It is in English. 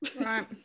Right